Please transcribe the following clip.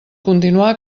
continuar